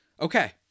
okay